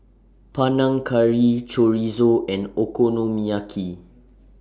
Panang Curry Chorizo and Okonomiyaki